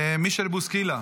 מישל בוסקילה,